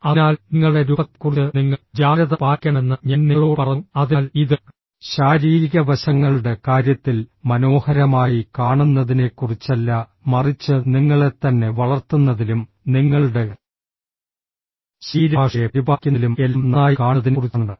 അതിനാൽ നിങ്ങളുടെ രൂപത്തെക്കുറിച്ച് നിങ്ങൾ ജാഗ്രത പാലിക്കണമെന്ന് ഞാൻ നിങ്ങളോട് പറഞ്ഞു അതിനാൽ ഇത് ശാരീരിക വശങ്ങളുടെ കാര്യത്തിൽ മനോഹരമായി കാണുന്നതിനെക്കുറിച്ചല്ല മറിച്ച് നിങ്ങളെത്തന്നെ വളർത്തുന്നതിലും നിങ്ങളുടെ ശരീരഭാഷയെ പരിപാലിക്കുന്നതിലും എല്ലാം നന്നായി കാണുന്നതിനെക്കുറിച്ചാണ്